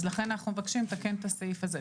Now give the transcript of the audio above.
אני שואלת מבחינת הציבור.